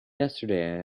yesterday